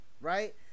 right